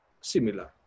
similar